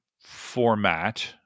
format